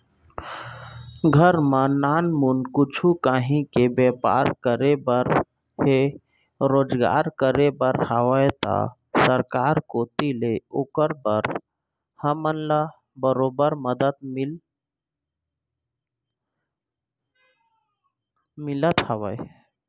घर म नानमुन कुछु काहीं के बैपार करे बर हे रोजगार करे बर हावय त सरकार कोती ले ओकर बर हमन ल बरोबर मदद मिलत हवय